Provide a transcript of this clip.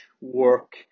work